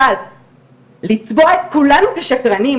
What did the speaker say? אבל לצבוע את כולנו כשקרנים,